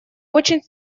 очень